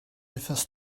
wythnos